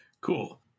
Cool